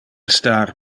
star